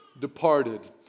departed